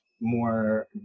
more